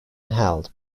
held